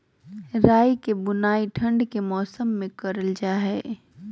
राई के बुवाई ठण्ड के मौसम में करल जा हइ